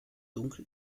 dunkel